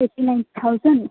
eighty ninety thousand